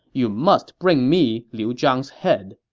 you must bring me liu zhang's head.